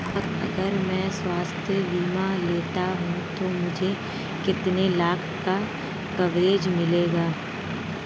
अगर मैं स्वास्थ्य बीमा लेता हूं तो मुझे कितने लाख का कवरेज मिलेगा?